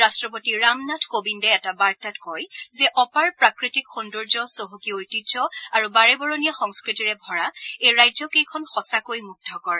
ৰাট্টপতি ৰামনাথ কোবিন্দে এটা বাৰ্তাত কয় যে অপাৰ প্ৰাকৃতিক সৌন্দৰ্য চহকী ঐতিহ্য আৰু বাৰেবৰণীয়া সংস্কৃতিৰে ভৰা এই ৰাজ্যকেইখন সঁচাকৈ মুগ্গকৰ